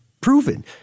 proven